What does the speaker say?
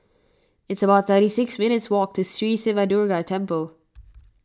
it's about thirty six minutes' walk to Sri Siva Durga Temple